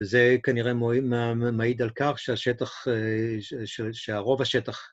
וזה כנראה מעיד על כך שהשטח, שהרוב השטח...